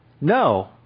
No